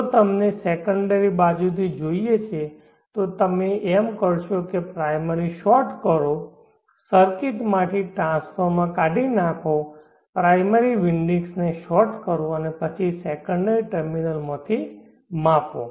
જો તમને સેકન્ડરી બાજુથી જોઈએ છે તો તમે એમ કરશો કે પ્રાઈમરી શોર્ટ કરો સર્કિટમાંથી ટ્રાન્સફોર્મર કાઢી નાંખો પ્રાઈમરી વિન્ડિંગ્સને શોર્ટ કરો અને પછી સેકન્ડરી ટર્મિનલ્સથી માપો